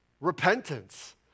repentance